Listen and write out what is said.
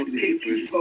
papers